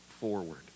forward